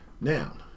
now